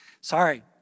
Sorry